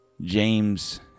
James